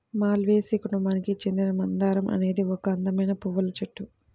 మాల్వేసి కుటుంబానికి చెందిన మందారం అనేది ఒక అందమైన పువ్వుల చెట్టు